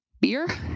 beer